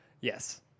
Yes